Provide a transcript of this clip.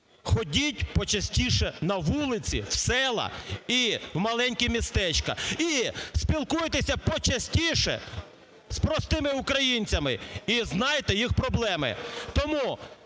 ходіть частіше на вулиці, в села і в маленькі містечка і спілкуйтеся частіше з простими українцями, і знайте їх проблеми.